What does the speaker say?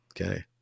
Okay